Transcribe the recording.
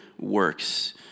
works